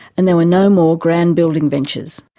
and there were no more grand building ventures.